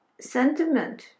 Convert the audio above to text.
sentiment